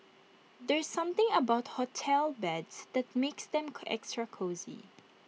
there's something about hotel beds that makes them extra cosy